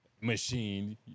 machine